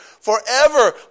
forever